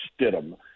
Stidham